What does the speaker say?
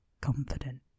confident